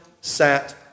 sat